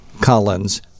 Collins